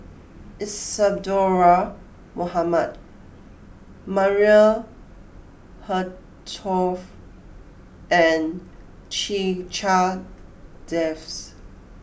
Isadhora Mohamed Maria Hertogh and Checha Davies